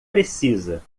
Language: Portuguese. precisa